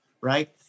right